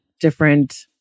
different